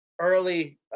early